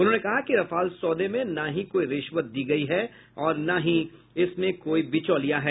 उन्होंने कहा कि रफाल सौदे में ना ही कोई रिश्वत दी गयी है और ना ही इसमें कोई बिचौलिया है